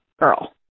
girl